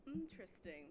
interesting